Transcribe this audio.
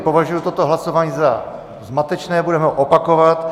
Považuji toto hlasování za zmatečné, budeme ho opakovat.